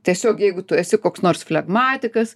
tiesiog jeigu tu esi koks nors flegmatikas